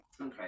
okay